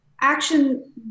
action